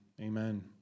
amen